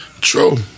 True